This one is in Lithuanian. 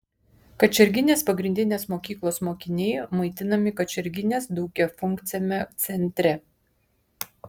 kačerginės pagrindinės mokyklos mokiniai maitinami kačerginės daugiafunkciame centre